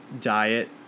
diet